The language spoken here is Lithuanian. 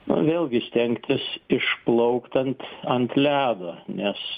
na vėlgi stengtis išplaukt ant ant ledo nes